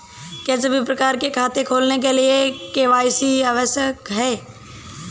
क्या सभी प्रकार के खाते खोलने के लिए के.वाई.सी आवश्यक है?